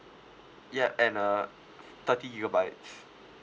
yup and uh thirty gigabytes